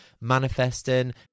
manifesting